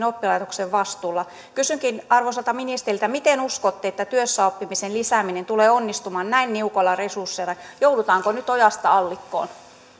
oppilaitoksen vastuulla kysynkin arvoisalta ministeriltä miten uskotte että työssäoppimisen lisääminen tulee onnistumaan näin niukoilla resursseilla joudutaanko nyt ojasta allikkoon